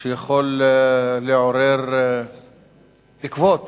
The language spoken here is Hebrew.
שיכולים לעורר תקוות